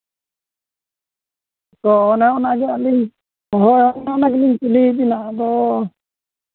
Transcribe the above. ᱛᱚ ᱚᱱᱮ ᱚᱱᱟ ᱜᱮ ᱟᱹᱞᱤᱧ ᱛᱚ ᱚᱱᱮ ᱚᱱᱟ ᱜᱮᱞᱤᱧ ᱠᱩᱞᱤᱭᱮᱫ ᱵᱮᱱᱟ ᱟᱫᱚ